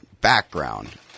background